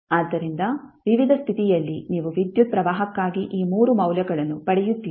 ಆದ್ದರಿಂದ ವಿವಿಧ ಸ್ಥಿತಿಯಲ್ಲಿ ನೀವು ವಿದ್ಯುತ್ ಪ್ರವಾಹಕ್ಕಾಗಿ ಈ 3 ಮೌಲ್ಯಗಳನ್ನು ಪಡೆಯುತ್ತೀರಿ